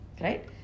Right